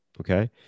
Okay